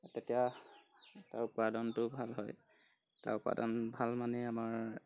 তেতিয়া তাৰ উৎপাদনটোও ভাল হয় তাৰ উৎপাদন ভাল মানে আমাৰ